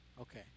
Okay